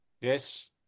Yes